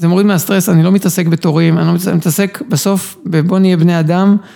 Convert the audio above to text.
אתם רואים מהסטרס, אני לא מתעסק בתורים, אני מתעסק בסוף בבוא נהיה בני אדם.